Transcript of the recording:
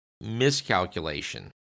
miscalculation